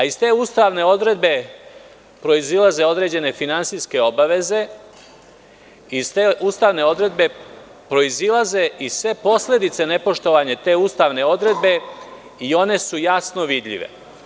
Iz te ustavne odredbe proizilaze određene finansijske obaveze, iz te ustavne odredbe proizilaze i sve posledice nepoštovanja te ustavne odredbe i one su jasno vidljive.